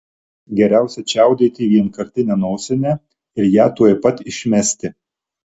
geriausia čiaudėti į vienkartinę nosinę ir ją tuoj pat išmesti